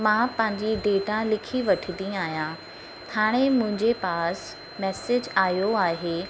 मां पंहिंजी डेटा लिखी वठंदी आहियां हाणे मुंहिंजे पास मैसेज आयो आहे